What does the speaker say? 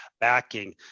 backing